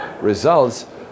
results